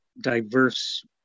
diverse